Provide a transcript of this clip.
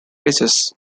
races